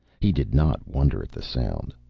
he did not wonder at the sound.